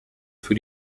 für